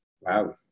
wow